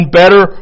better